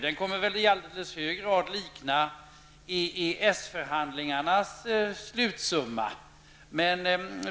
Den kommer i hög grad att likna EES-förhandlingarnas slutsumma.